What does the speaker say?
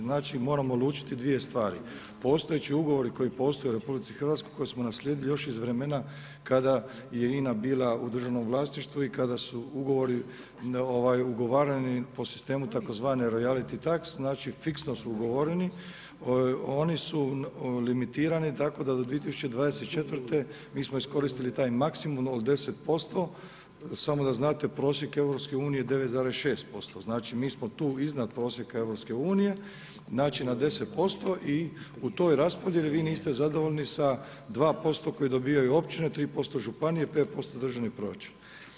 Znači moramo lučiti dvije stvari, postojeći ugovori koji postoje u RH, koje smo naslijedili još iz vremena kada je INA bila u državnom vlasništvu i kada su ugovori ugovarani po sistemu tzv. royality tax, znači fiksno su ugovoreni, oni su limitirani tako da do 2024. mi smo iskoristili taj maksimum od 10%, samo da znate prosjek EU je 9,6%, znači mi smo tu iznad prosjeka EU, znači na 10% i u toj raspodjeli vi niste zadovoljni sa 2% koji dobijaju općine, 3% županije, 5% državni proračun.